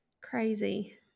Crazy